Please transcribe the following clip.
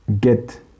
get